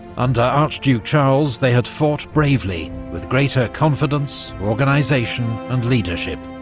under archduke charles they had fought bravely, with greater confidence, organisation and leadership.